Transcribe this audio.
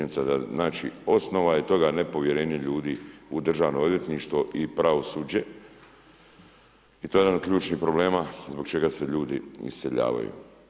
Znači osnova je toga nepovjerenja ljudi u Državno odvjetništvo i pravosuđe i to je jedan od ključnih problema zbog čega se ljudi iseljavaju.